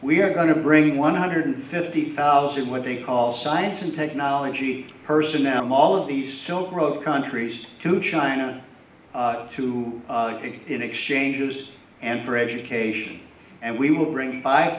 we are going to bring one hundred fifty thousand what they call science and technology personnel all of the silk road countries to china who in exchanges and for education and we will bring five